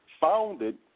founded